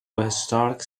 historic